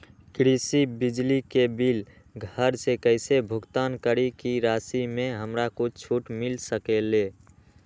कृषि बिजली के बिल घर से कईसे भुगतान करी की राशि मे हमरा कुछ छूट मिल सकेले?